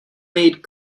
maid